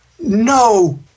no